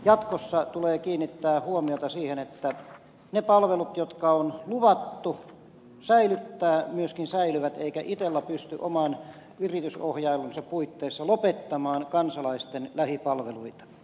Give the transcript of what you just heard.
jatkossa tulee kiinnittää huomiota siihen että ne palvelut jotka on luvattu säilyttää myöskin säilyvät eikä itella pysty oman yritysohjailunsa puitteissa lopettamaan kansalaisten lähipalveluita